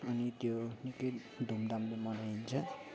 अनि त्यो निकै धुमधामले मनाइन्छ